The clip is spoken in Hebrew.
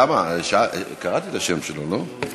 איציק שמולי, מוותר, עפר שלח, לא נמצא,